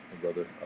brother